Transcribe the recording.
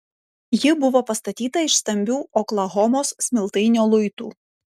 ji buvo pastatyta iš stambių oklahomos smiltainio luitų